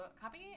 copy